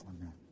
Amen